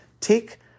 take